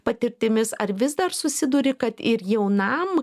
patirtimis ar vis dar susiduri kad ir jaunam